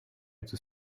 tout